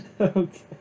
Okay